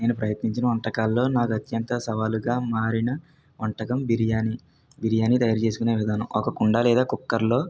నేను ప్రయత్నించిన వంటకాల్లో నాకు అత్యంత సవాలుగా మారిన వంటకం బిర్యాని బిర్యాని తయారు చేసుకునే విధానం ఒక కుండా లేదా కుక్కర్లో